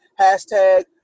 hashtag